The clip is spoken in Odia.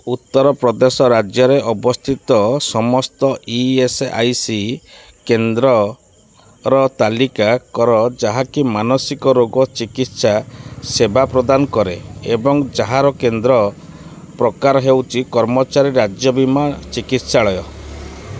ଉତ୍ତରପ୍ରଦେଶ ରାଜ୍ୟରେ ଅବସ୍ଥିତ ସମସ୍ତ ଇ ଏସ୍ ଆଇ ସି କେନ୍ଦ୍ରର ତାଲିକା କର ଯାହାକି ମାନସିକ ରୋଗ ଚିକିତ୍ସା ସେବା ପ୍ରଦାନ କରେ ଏବଂ ଯାହାର କେନ୍ଦ୍ର ପ୍ରକାର ହେଉଛି କର୍ମଚାରୀ ରାଜ୍ୟ ବୀମା ଚିକିତ୍ସାଳୟ